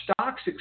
stocks